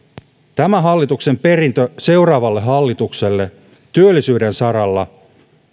tämän hallituksen perintö seuraavalle hallitukselle työllisyyden saralla